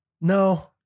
No